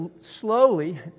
slowly